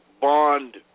bond